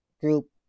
group